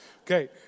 Okay